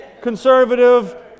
conservative